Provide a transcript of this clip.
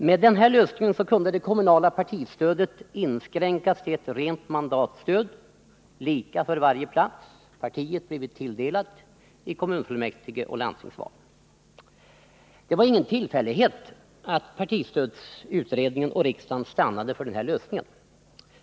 Med den lösningen kunde det kommunala partistödet inskränkas till ett rent mandatstöd, lika för varje plats som partiet blivit tilldelat i kommunfullmäktigoch landstingsval. Det var ingen tillfällighet att partistödsutredningen och riksdagen stannade för den här lösningen.